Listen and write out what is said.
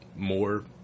more